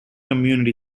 community